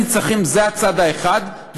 תתבצע העלאה של 0.5%,